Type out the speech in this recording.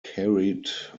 carried